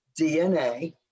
DNA